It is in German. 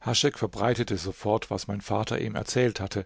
haschek verbreitete sofort was mein vater ihm erzählt hatte